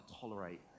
tolerate